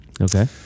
Okay